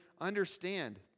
understand